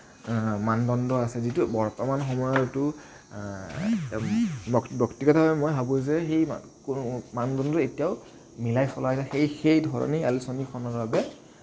মানদণ্ড আছে যিটো বৰ্তমান সময়টো ব্যক্তিগতভাৱে মই ভাবো যে সেই কোনো মানদণ্ড এতিয়াও মিলাই চলাইলে সেই সেই ধৰণেই আলোচনীখনৰ বাবে